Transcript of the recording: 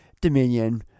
Dominion